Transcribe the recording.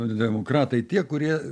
demokratai tie kurie